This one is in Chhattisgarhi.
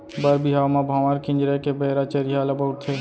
बर बिहाव म भांवर किंजरे के बेरा चरिहा ल बउरथे